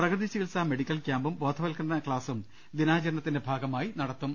പ്രകൃതിചി കിത്സാ മെഡിക്കൽ ക്യാമ്പും ബോധവത്ക്കരണ ക്ലാസും ദിനാചരണത്തിന്റെ ഭാഗമായി നടത്തും